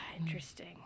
Interesting